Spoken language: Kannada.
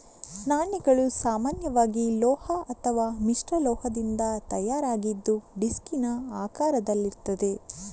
ನಾಣ್ಯಗಳು ಸಾಮಾನ್ಯವಾಗಿ ಲೋಹ ಅಥವಾ ಮಿಶ್ರಲೋಹದಿಂದ ತಯಾರಾಗಿದ್ದು ಡಿಸ್ಕಿನ ಆಕಾರದಲ್ಲಿರ್ತದೆ